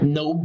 no